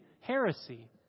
heresy